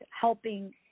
helping